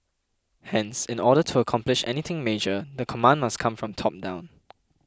hence in order to accomplish anything major the command must come from the top down